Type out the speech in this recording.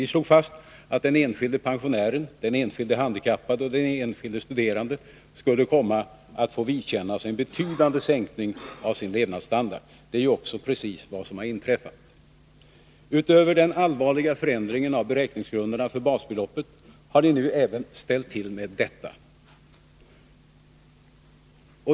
Vi slog fast att den enskilde pensionären, den enskilde handikappade och den enskilde studerande skulle komma att få vidkännas en betydande sänkning av sin levnadsstandard. Det är just vad som har inträffat. Utöver den allvarliga förändringen av beräkningsgrunderna för basbeloppet har ni nu även ställt till med detta.